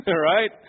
right